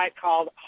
called